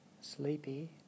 sleepy